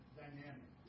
dynamic